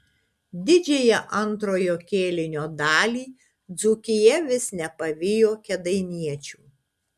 didžiąją antrojo kėlinio dalį dzūkija vis nepavijo kėdainiečių